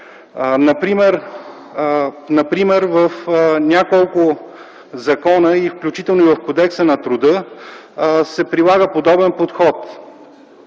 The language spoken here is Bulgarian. Например, в няколко закона, включително и в Кодекса на труда, се прилага подобен подход.